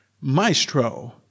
Maestro